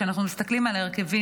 כשאנחנו מסתכלים גם על ההרכבים,